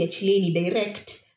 direct